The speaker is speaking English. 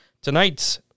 Tonight's